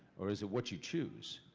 or is it what you choose?